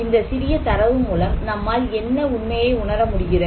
இந்த சிறிய தரவு மூலம் நம்மால் என்ன உண்மையை உணர முடிகிறது